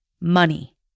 Money